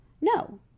no